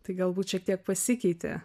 tai galbūt šiek tiek pasikeitė